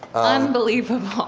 unbelievable.